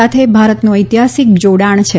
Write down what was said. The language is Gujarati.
સાથે ભારતનું ઐતિહાસિક જોડાણ છે